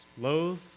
loathe